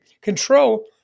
control